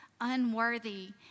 unworthy